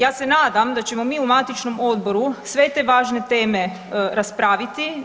Ja se nadam da ćemo mi u matičnom odboru sve te važne teme raspraviti.